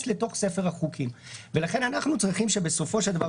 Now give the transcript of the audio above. לתוך ספר החוקים ולכן אנחנו צריכים שבסופו של דבר,